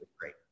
Great